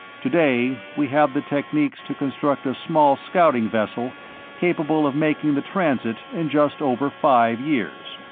today we have the techniques to construct a small scouting vessel capable of making the transit in just over five years.